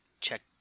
check